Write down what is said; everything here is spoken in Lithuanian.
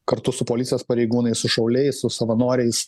kartu su policijos pareigūnais su šauliais su savanoriais